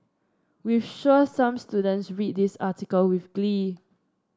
we've sure some students read this article with glee